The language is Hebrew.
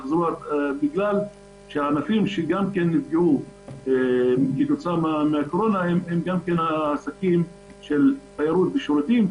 כי הענפים שנפגעו כתוצאה מהקורונה הם גם העסקים של תיירות ושירותים,